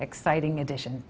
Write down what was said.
exciting edition